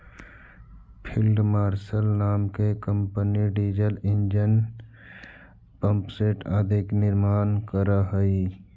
field marshal नाम के company diesel engine, pump set आदि के निर्माण करऽ हई